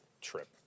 trip